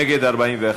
נגד, 41,